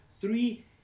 three